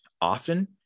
often